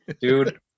dude